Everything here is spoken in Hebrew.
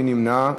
מי נמנע?